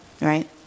right